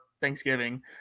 Thanksgiving